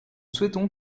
souhaitons